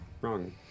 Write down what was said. wrong